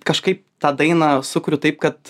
kažkaip tą dainą sukuriu taip kad